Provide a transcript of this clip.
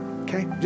okay